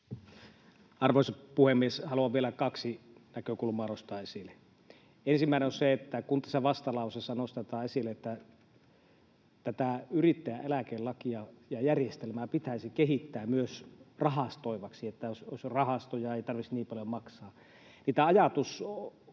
Arvoisa puhemies! Haluan vielä kaksi näkökulmaa nostaa esille. Ensimmäinen on se, että kun tässä vastalauseessa nostetaan esille, että tätä yrittäjän eläkelakia ja ‑järjestelmää pitäisi kehittää myös rahastoivaksi — että olisi rahastoja ja ei tarvitsisi niin paljon maksaa